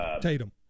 Tatum